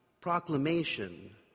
proclamation